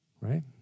Right